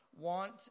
want